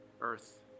earth